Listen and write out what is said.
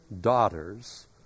daughters